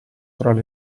trovi